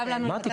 אמרתי,